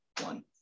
one